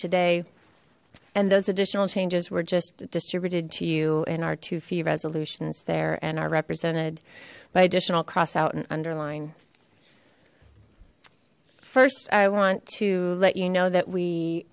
today and those additional changes were just distributed to you and our two fee resolutions there and are represented by additional cross out and underlined first i want to let you know that we